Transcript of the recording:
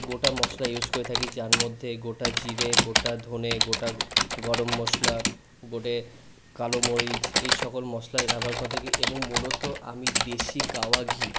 গোটা মশলা ইউজ করে থাকি যার মধ্যে গোটা জিরে গোটা ধনে গোটা গরম মশলা গোটা কালোমরিচ এই সকল মশলাই ব্যবহার করে থাকি এবং মূলত আমি দেশি গাওয়া ঘি